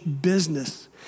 business